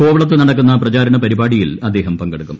കോവളത്ത് നടക്കുന്ന പ്രചാരണ പരിപാടിയിൽ അദ്ദേഹം പങ്കെടുക്കും